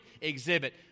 exhibit